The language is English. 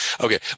okay